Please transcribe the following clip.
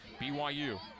BYU